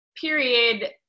period